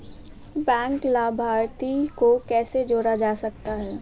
Bank लाभार्थी को कैसे जोड़ा जा सकता है?